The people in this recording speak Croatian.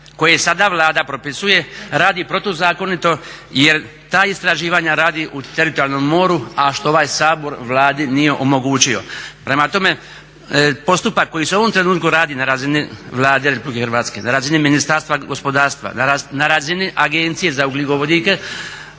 koje sada Vlada propisuje radi protuzakonito, jer ta istraživanja radi u teritorijalnom moru, a što ovaj Sabor Vladi nije omogućio. Prema tome, postupak koji se u ovom trenutku radi na razini Vlade RH, na razini Ministarstva gospodarstva, na razini Agencije za ugljikovodike